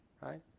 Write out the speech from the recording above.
right